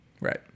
right